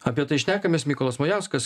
apie tai šnekamės mykolas majauskas